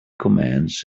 commands